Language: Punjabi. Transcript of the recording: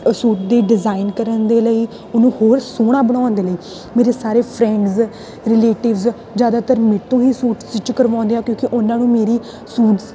ਸੂਟ ਦੀ ਡਿਜ਼ਾਇਨ ਕਰਨ ਦੇ ਲਈ ਉਹਨੂੰ ਹੋਰ ਸੋਹਣਾ ਬਣਾਉਣ ਦੇ ਲਈ ਮੇਰੇ ਸਾਰੇ ਫਰੈਂਡਸ ਰਿਲੇਟਿਵਸ ਜ਼ਿਆਦਾਤਰ ਮੇਰੇ ਤੋਂ ਹੀ ਸੂਟ ਸਟਿੱਚ ਕਰਵਾਉਂਦੇ ਆ ਕਿਉਂਕਿ ਉਹਨਾਂ ਨੂੰ ਮੇਰੀ ਸੂਟਸ